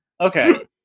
Okay